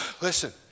listen